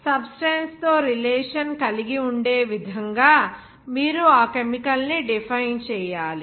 substance తో relation కలిగి ఉండే విధంగా మీరు ఆ కెమికల్ ని డిఫైన్ చేయాలి